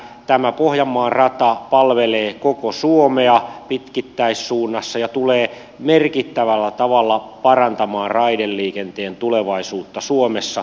tämä pohjanmaan rata palvelee koko suomea pitkittäissuunnassa ja tulee merkittävällä tavalla parantamaan raideliikenteen tulevaisuutta suomessa